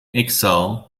exile